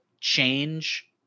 change